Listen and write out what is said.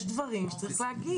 יש דברים שצריך להגיד.